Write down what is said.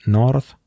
north